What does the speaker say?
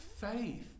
faith